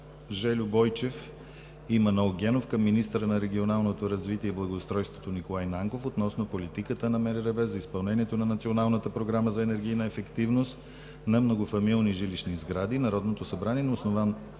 Жельо Бойчев и Манол Генов към министъра на регионалното развитие и благоустройството относно политиката на Министерството за изпълнението на Националната програма за енергийна ефективност на многофамилни жилищни сгради. „Народното събрание на основание